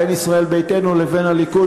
בין ישראל ביתנו לבין הליכוד.